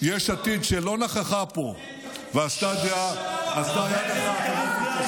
שלא נכחה פה ועשתה יד אחת,